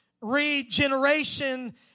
Regeneration